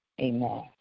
Amen